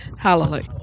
Hallelujah